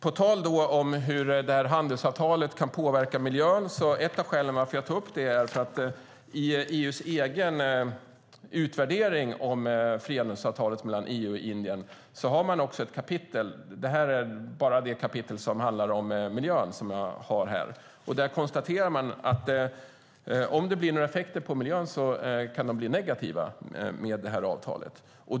På tal om hur handelsavtalet kan påverka miljön är ett av skälen till att jag tar upp det att i EU:s egen utvärdering av frihandelsavtalet mellan EU och Indien finns ett kapitel som bara handlar om miljön - det är det som jag håller i min hand - där man konstaterar att om det blir några effekter på miljön kan de bli negativa med avtalet.